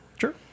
Sure